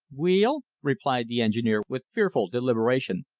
weel, replied the engineer with fearful deliberation,